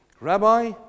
Rabbi